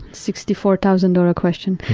sixty-four-thousand-dollar question,